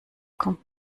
kommt